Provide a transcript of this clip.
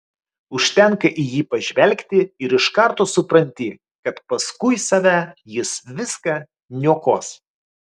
užtenka į jį pažvelgti ir iš karto supranti kad paskui save jis viską niokos